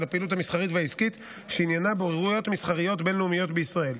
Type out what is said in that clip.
הפעילות המסחרית והעסקית שעניינה בוררויות מסחריות בין-לאומיות בישראל.